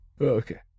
Okay